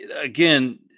again